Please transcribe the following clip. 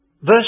verse